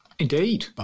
Indeed